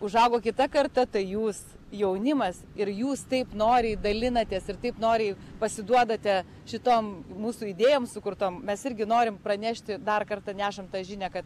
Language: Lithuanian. užaugo kita karta tai jūs jaunimas ir jūs taip noriai dalinatės ir taip noriai pasiduodate šitom mūsų idėjom sukurtom mes irgi norim pranešti dar kartą nešam tą žinią kad